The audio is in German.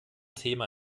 thema